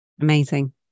Amazing